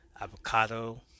avocado